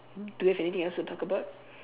do you have anything else to talk about